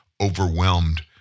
overwhelmed